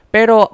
pero